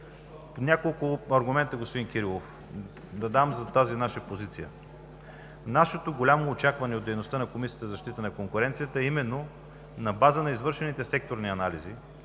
няколко аргумента за тази наша позиция. Нашето голямо очакване от дейността на Комисията за защита на конкуренцията е на база на извършените секторни анализи,